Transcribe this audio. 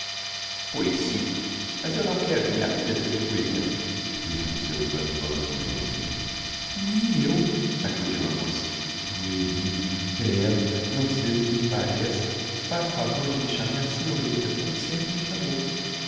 pois sim mas eu não quero que minha filha seja puelina disse do seu canto d fulgência nem eu acudiu a moça puelina credo não sei o que me parece faça o favor de me chamar senhorita como sempre me chamou